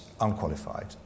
unqualified